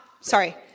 sorry